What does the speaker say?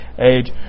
age